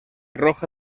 roja